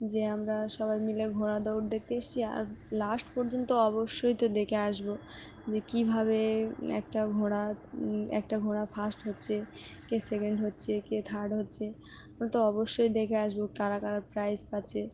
যে আমরা সবাই মিলে ঘোড়া দৌড় দেখতে এসেছি আর লাস্ট পর্যন্ত অবশ্যই তো দেখে আসবো যে কীভাবে একটা ঘোড়া একটা ঘোড়া ফার্স্ট হচ্ছে কে সেকেন্ড হচ্ছে কে থার্ড হচ্ছে আমরা তো অবশ্যই দেখে আসবো কারা কারা প্রাইজ পাচ্ছে